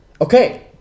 Okay